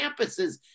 campuses